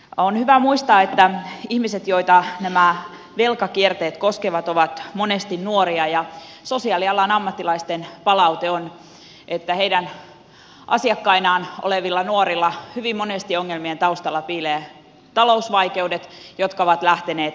on hyvä muistaa että ihmiset joita nämä velkakierteet koskevat ovat monesti nuoria ja sosiaalialan ammattilaisten palaute on että heidän asiakkainaan olevilla nuorilla hyvin monesti ongelmien taustalla piilevät talousvaikeudet jotka ovat lähteneet pikavippikierteestä